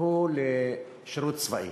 הוא שירות צבאי,